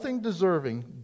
deserving